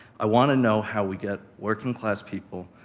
i wanna know how we get working class people,